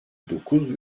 dokuz